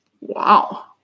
wow